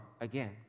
again